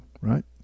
right